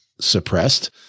suppressed